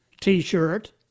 T-shirt